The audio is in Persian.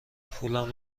پولم